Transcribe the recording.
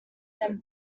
than